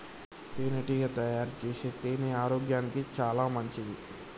తేనెటీగ తయారుచేసే తేనె ఆరోగ్యానికి చాలా మంచిది